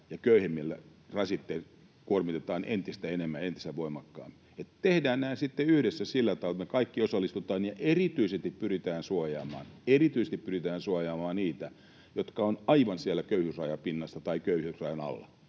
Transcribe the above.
ja köyhimmille rasitteet, kuormitetaan entistä enemmän ja entistä voimakkaammin. Että tehdään nämä sitten yhdessä sillä tavalla, että me kaikki osallistutaan ja erityisesti pyritään suojaamaan — erityisesti pyritään suojaamaan — niitä, jotka ovat aivan siellä köyhyysrajan pinnassa tai köyhyysrajan alla.